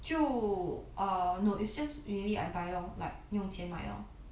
就 err no it's just really I buy lor like 用钱买 lor